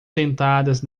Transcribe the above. sentadas